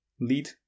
lead